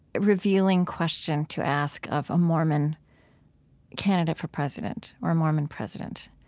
revealing question to ask of a mormon candidate for president or a mormon president?